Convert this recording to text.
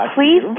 Please